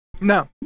No